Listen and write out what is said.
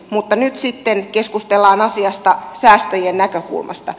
mutta nyt sitten keskustellaan asiasta säästöjen näkökulmasta